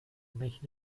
mich